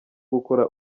gukora